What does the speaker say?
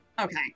Okay